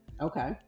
Okay